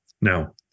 now